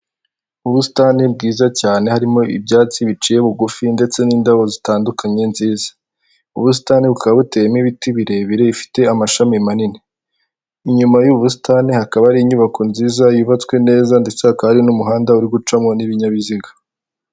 Ubusitani bwiza cyane harimo ibyatsi biciye bugufi ndetse n'indabo zitandukanye nziza ubusitani bukaba buteyemo ibiti birebire bifite amashami manini. Inyuma y'ubu busitani hakaba hari inyubako nziza yubatswe neza ndetse hakaba hari n'umuhanda uri gucamo n'ibinyabiziga.